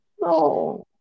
No